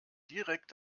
direkt